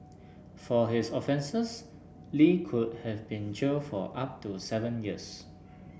for his offences Li could have been jailed for up to seven years